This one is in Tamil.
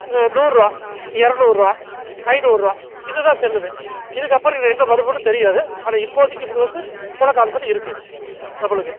நூறுரூவா இரரூவா ஐநூறுரூவா இதுதான் செல்லுது இதுக்கப்புறம் என்ன வருமுன்னு தெரியாது ஆனால் இப்போதைக்கு இது வந்து இப்போ உள்ள காலத்தில் இருக்கு நம்மளுக்கு